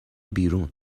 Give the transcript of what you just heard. بیرون